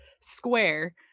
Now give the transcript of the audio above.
square